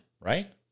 right